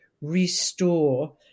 restore